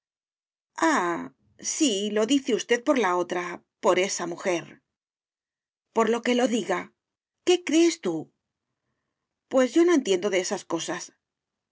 sí lo dice usted por la otra por esa mujer por lo que lo diga qué crees tú pues yo no entiendo de esas cosas